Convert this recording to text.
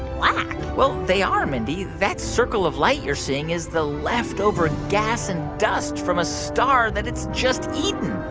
black well, they are, mindy. that circle of light you're seeing is the leftover gas and dust from a star that it's just eaten